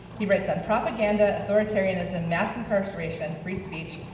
he writes on propaganda, authoritarianism, mass incarceration, free speech,